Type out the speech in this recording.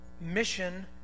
mission